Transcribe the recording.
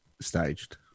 staged